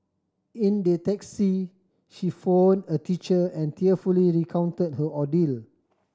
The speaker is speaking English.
in the taxi she phone a teacher and tearfully recount her ordeal